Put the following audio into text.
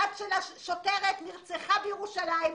הבת שלה שוטרת בירושלים.